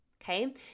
Okay